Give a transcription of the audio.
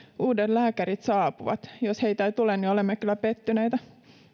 uudet lääkärit saapuvat jos heitä ei tule niin olemme kyllä pettyneitä